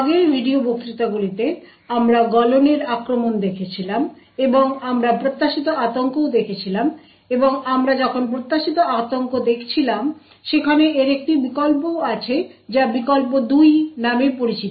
আগের ভিডিও বক্তৃতাগুলিতে আমরা গলনের আক্রমণ দেখেছিলাম এবং আমরা প্রত্যাশিত আতঙ্কও দেখেছিলাম এবং আমরা যখন প্রত্যাশিত আতঙ্ক দেখছিলাম সেখানে এর একটি বিকল্পও আছে যা বিকল্প 2 নামে পরিচিত